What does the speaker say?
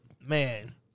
Man